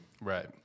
Right